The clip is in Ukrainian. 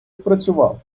працював